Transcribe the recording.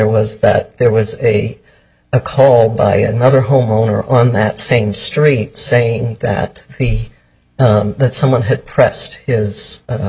was that there was a a call by another homeowner on that same street saying that he that someone had pressed his